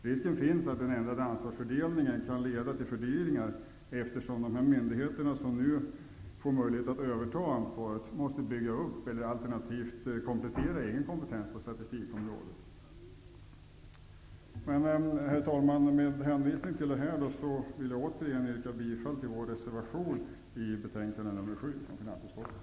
Risken finns att den ändrade ansvarsfördelningen kan leda till fördyringar, eftersom de myndigheter som nu får möjlighet att överta ansvaret måste bygga upp eller komplettera med egen kompetens på statistikområdet. Herr talman! Med hänvisning till detta vill jag återigen yrka bifall till vår reservation till finansutskottets betänkande nr 7.